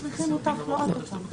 לא.